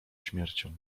śmiercią